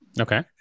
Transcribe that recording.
Okay